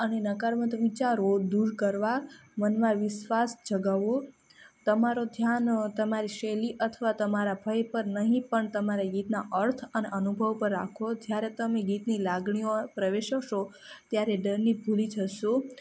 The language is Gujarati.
અને નકારમત વિચારો દૂર કરવા મનમાં વિશ્વાસ જગાવો તમારું ધ્યાન તમારી શૈલી અથવા તમારા ભય પર નહીં પણ તમારી ગીતના અર્થ અને અનુભવ પર રાખો જ્યારે તમે ગીતની લાગણીઓમાં પ્રવેશશો ત્યારે ડરને ભૂલી જશો